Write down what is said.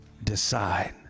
decide